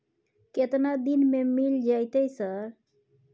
केतना दिन में मिल जयते सर?